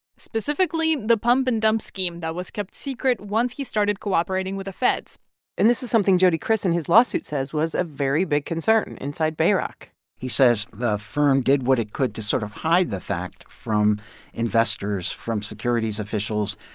specifically the pump-and-dump scheme that was kept secret once he started cooperating with the feds and this is something jody kriss, in his lawsuit, says was a very big concern inside bayrock he says the firm did what it could to sort of hide the fact from investors, from securities officials.